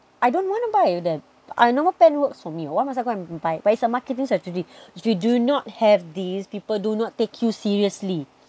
I don't want to buy that a normal pen works for me why must I go and buy but it's a marketing strategy if you do not have this people do not take you seriously